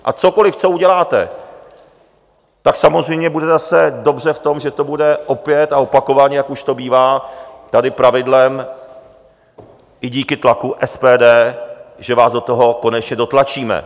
A cokoliv, co uděláte, tak samozřejmě bude zase dobře v tom, že to bude opět a opakovaně, jak už to bývá tady pravidlem, i díky tlaku SPD, že vás do toho konečně dotlačíme.